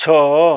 ଛଅ